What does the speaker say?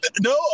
no